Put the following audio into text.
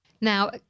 Now